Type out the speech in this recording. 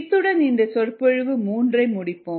இத்துடன் இந்த சொற்பொழிவு 3 ஐ முடிப்போம்